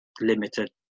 limited